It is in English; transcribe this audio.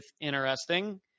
Interesting